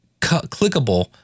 clickable